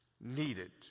needed